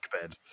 bed